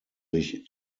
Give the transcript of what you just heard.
sich